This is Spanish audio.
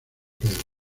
pedro